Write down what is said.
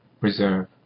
Reserve